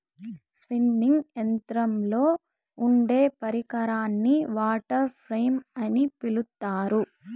spinning యంత్రంలో ఉండే పరికరాన్ని వాటర్ ఫ్రేమ్ అని పిలుత్తారు